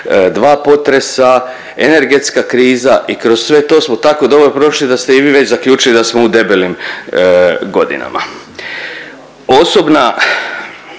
2 potresa, energetska kriza. I kroz sve to smo tako dobro prošli da ste i vi već zaključili da smo u debelim godinama.